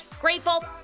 grateful